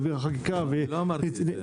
לא אמרתי את זה.